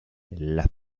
las